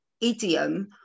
idiom